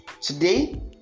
today